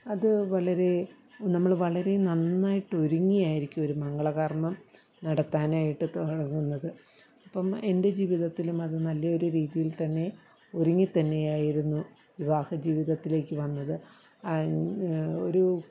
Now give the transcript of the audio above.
അതു വളരെ നമ്മൾ വളരെ നന്നായിട്ട് ഒരുങ്ങിയായിരിക്കും ഒരു മംഗള കർമ്മം നടത്താനായിട്ട് തുടങ്ങുന്നത് ഇപ്പം എൻ്റെ ജീവിതത്തിലും അതു നല്ലെയൊരു രീതിയിൽ തന്നെ ഒരുങ്ങി തന്നെയായിരുന്നു വിവാഹ ജീവിതത്തിലേക്കു വന്നത് അൻ ഒരു